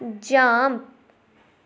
jump